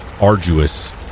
arduous